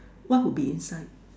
what would be inside